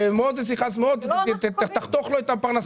ומוזס יכעס מאוד אם תחתוך לו את הפרנסה שלו.